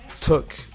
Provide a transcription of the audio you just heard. took